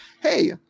hey